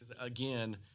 again